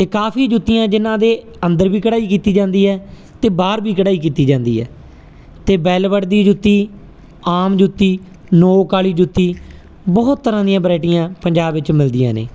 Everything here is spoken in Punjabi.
ਇਹ ਕਾਫੀ ਜੁੱਤੀਆਂ ਜਿਨਾਂ ਦੇ ਅੰਦਰ ਵੀ ਕੜਾਈ ਕੀਤੀ ਜਾਂਦੀ ਹੈ ਤੇ ਬਾਹਰ ਵੀ ਕੜਾਹੀ ਕੀਤੀ ਜਾਂਦੀ ਹੈ ਤੇ ਬੈਲਵਟ ਦੀ ਜੁੱਤੀ ਆਮ ਜੁੱਤੀ ਨੋਕ ਆਲੀ ਜੁੱਤੀ ਬਹੁਤ ਤਰ੍ਹਾਂ ਦੀਆਂ ਵਰਾਇਟੀਆਂ ਪੰਜਾਬ ਵਿੱਚ ਮਿਲਦੀਆਂ ਨੇ